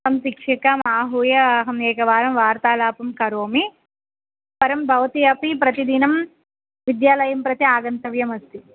ताम् शिक्षिकाम् आहूय अहम् एकवारं वार्तालापं करोमि परं भवती अपि प्रतिदिनं विद्यालयं प्रति आगन्तव्यमस्ति